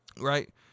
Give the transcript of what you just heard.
Right